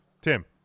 Tim